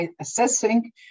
assessing